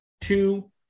two